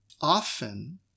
Often